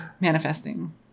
Manifesting